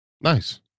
Nice